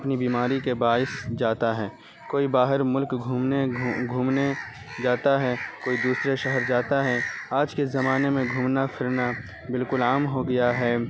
اپنی بیماری کے باعث جاتا ہے کوئی باہر ملک گھومنے گھومنے جاتا ہے کوئی دوسرے شہر جاتا ہے آج کے زمانے میں گھومنا پھرنا بالکل عام ہو گیا ہے